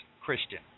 Christian